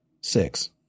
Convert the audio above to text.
Six